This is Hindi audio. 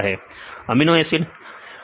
विद्यार्थी अमीनो एसिड अमीनो एसिड सही है